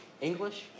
English